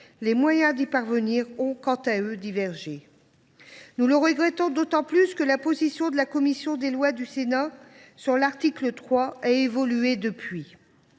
que nous partageons ont, quant à eux, divergé. Nous le regrettons d’autant plus que la position de la commission des lois du Sénat sur l’article 3 a évolué depuis